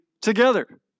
together